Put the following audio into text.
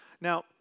Now